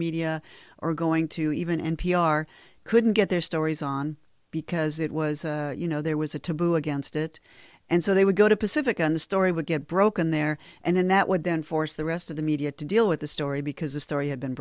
media are going to even n p r could get their stories on because it was you know there was a to boo against it and so they would go to pacific and the story would get broken there and then that would then force the rest of the media to deal with the story because the story had been